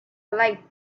light